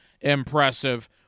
impressive